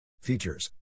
Features